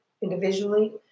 individually